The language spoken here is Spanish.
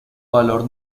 valor